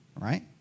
right